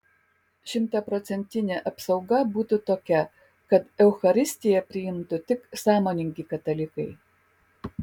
šimtaprocentinė apsauga būtų tokia kad eucharistiją priimtų tik sąmoningi katalikai